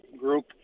group